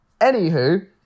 Anywho